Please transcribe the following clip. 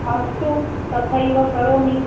अस्तु तथैव करोमि